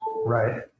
Right